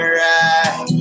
right